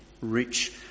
rich